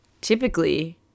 Typically